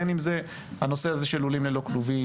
בין אם זה לולים ללא כלובים,